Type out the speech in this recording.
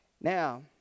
now